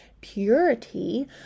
purity